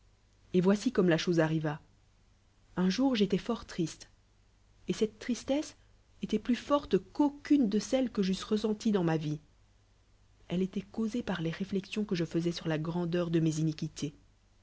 et voici comme la chose arriva un jour j'étoil fort triste et cette tristesse éloit plus forte qn'au une de celles que j'eusse rcssenties dans ma vie elle étoit causée par les réflexions que je faisois sur la grandeur de mes iniquités